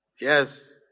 Yes